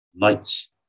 lights